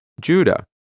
Judah